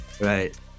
Right